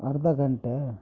ಅರ್ಧ ಗಂಟೆ